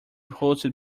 hosted